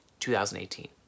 2018